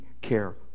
care